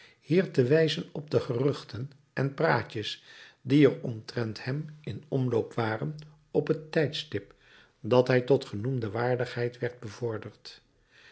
hier te wijzen op de geruchten en praatjes die er omtrent hem in omloop waren op het tijdstip dat hij tot genoemde waardigheid werd bevorderd